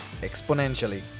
exponentially